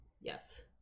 Yes